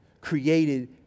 created